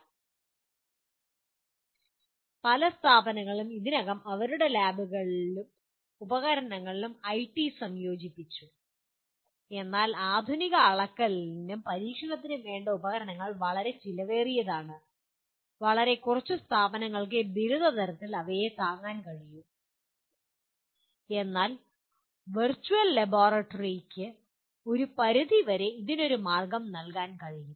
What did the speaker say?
കാണുക സ്ലൈഡ് സമയം 3805 പല സ്ഥാപനങ്ങളും ഇതിനകം അവരുടെ ലാബുകളിലും ഉപകരണങ്ങളിലും ഐടി സംയോജിപ്പിച്ചു എന്നാൽ ആധുനിക അളക്കലിനും പരീക്ഷണത്തിനും വേണ്ട ഉപകരണങ്ങൾ വളരെ ചിലവേറിയതാണ് വളരെ കുറച്ച് സ്ഥാപനങ്ങൾക്കേ ബിരുദ തലത്തിൽ അവ താങ്ങാൻ കഴിയൂ എന്നാൽ വെർച്വൽ ലബോറട്ടറികൾക്ക് ഇതിനൊരു മാർഗ്ഗം നൽകാൻ കഴിയും